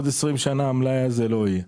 בעוד 20 שנה המלאי הזה לא יהיה.